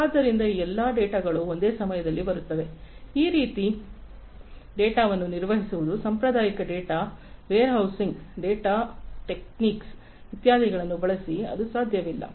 ಆದ್ದರಿಂದ ಈ ಎಲ್ಲಾ ಡೇಟಾಗಳು ಒಂದೇ ಸಮಯದಲ್ಲಿ ಬರುತ್ತವೆ ಈ ರೀತಿಯ ಡೇಟಾವನ್ನು ನಿರ್ವಹಿಸುವುದು ಸಾಂಪ್ರದಾಯಿಕ data warehousing database technique ಗಳು ಇತ್ಯಾದಿಗಳನ್ನು ಬಳಸಿ ಅದು ಸಾಧ್ಯವಿಲ್ಲ